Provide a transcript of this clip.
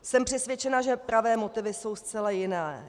Jsem přesvědčena, že pravé motivy jsou zcela jiné.